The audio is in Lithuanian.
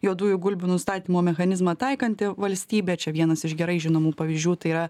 juodųjų gulbių nustatymo mechanizmą taikanti valstybė čia vienas iš gerai žinomų pavyzdžių tai yra